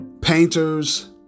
Painters